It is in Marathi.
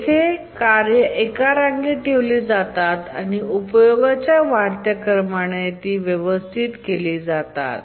येथे कार्ये एका रांगेत ठेवली जातात आणि उपयोगाच्या वाढत्या क्रमाने ती व्यवस्थित केली जातात